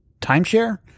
timeshare